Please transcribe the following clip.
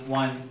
one